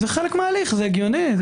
זה חלק מההליך, זה הגיוני.